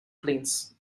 planes